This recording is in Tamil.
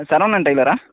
சரவணன் டெய்லரா